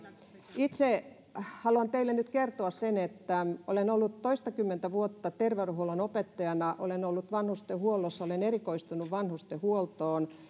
itse haluan teille nyt kertoa sen että olen ollut toistakymmentä vuotta terveydenhuollon opettajana olen ollut vanhustenhuollossa olen erikoistunut vanhustenhuoltoon